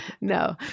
No